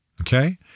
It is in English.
Okay